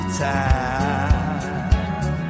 time